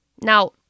Now